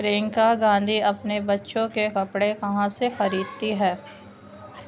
پرینکا گاندھی اپنے بچوں کے کپڑے کہاں سے خریدتی ہے